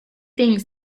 things